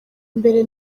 mbere